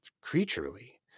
creaturely